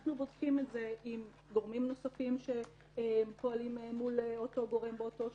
אנחנו בודקים את זה עם גורמים נוספים שפועלים מול אותו גורם באותו שוק.